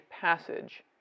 passage